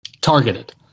targeted